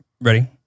Ready